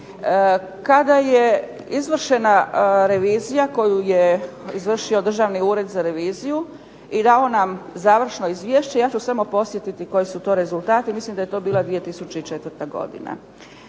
Kada je izvršena revizija koju je izvršio Državni ured za reviziju, i dao nam završno izvješće ja ću samo podsjetiti koji su to rezultati, mislim da je to bila 2004. godina.